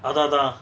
அதா தா:atha tha